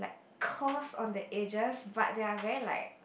coarse on the edges but they are very like